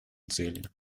цели